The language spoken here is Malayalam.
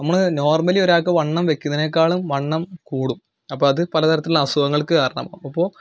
നമ്മൾ നോർമലി ഒരാൾക്ക് വണ്ണം വയ്ക്കുന്നതിനേക്കാളും വണ്ണം കൂടും അപ്പം അത് പലതരത്തിലുള്ള അസുഖങ്ങൾക്ക് കാരണമാവും അപ്പോൾ